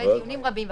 אחרי דיונים רבים,